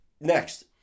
Next